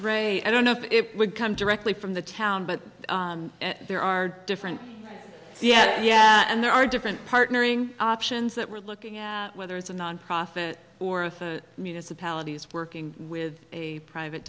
re i don't know if it would come directly from the town but there are different yeah and there are different partnering options that we're looking at whether it's a nonprofit or a for municipalities working with a private